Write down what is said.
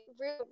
room